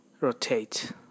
rotate